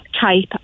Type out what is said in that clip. type